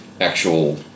actual